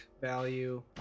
value